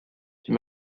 fit